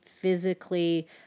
physically